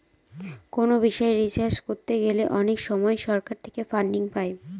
কোনো বিষয় রিসার্চ করতে গেলে অনেক সময় সরকার থেকে ফান্ডিং পাই